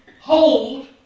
hold